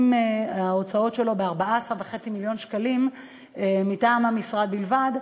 ההוצאות שלו נאמדות ב-14.5 מיליון שקל מטעם המשרד בלבד.